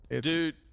Dude